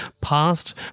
past